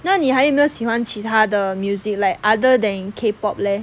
那你还有没有喜欢其它的 music like other than K pop leh